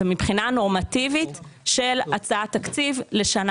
זה מבחינה נורמטיבית של הצעת תקציב לשנה